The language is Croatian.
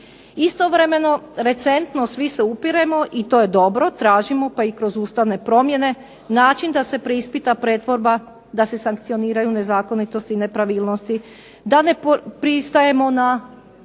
Istovremeno, recentno svi se upiremo i to je dobro, tražimo, pa i kroz ustavne promjene načine da se preispita pretvorba, da se sankcioniraju nezakonitosti i nepravilnosti, da ne pristajemo na